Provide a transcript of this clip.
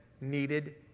needed